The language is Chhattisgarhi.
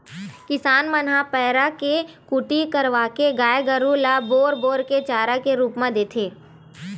किसान मन ह पेरा के कुटी करवाके गाय गरु ल बोर बोर के चारा के रुप म देथे